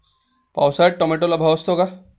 पावसाळ्यात टोमॅटोला भाव असतो का?